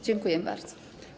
Dziękuję bardzo.